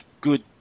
good